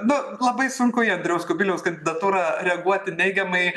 nu labai sunku į andriaus kubiliaus kandidatūrą reaguoti neigiamai